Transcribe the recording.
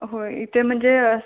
होय इथे म्हणजे असं